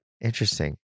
interesting